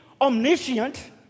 omniscient